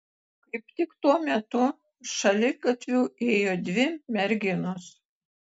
kaip tik tuo metu šaligatviu ėjo dvi merginos